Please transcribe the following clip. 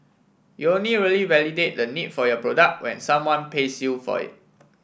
you only really validate the need for your product when someone pays you for it